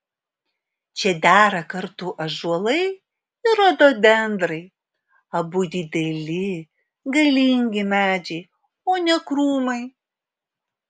čia dera kartu ąžuolai ir rododendrai abu dideli galingi medžiai o ne krūmai